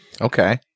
Okay